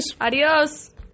Adios